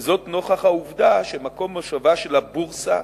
נוכח העובדה שמקום מושבה של הבורסה